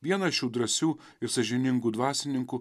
vieną šių drąsių ir sąžiningų dvasininkų